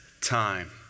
time